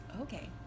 Okay